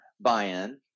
buy-in